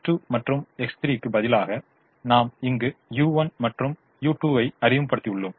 X3 மற்றும் X4 க்கு பதிலாக நாம் இங்கு u1 மற்றும் u2 ஐ அறிமுகப்படுத்தியுள்ளோம்